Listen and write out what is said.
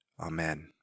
Amen